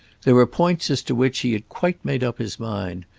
there were points as to which he had quite made up his mind,